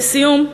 לסיום,